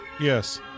yes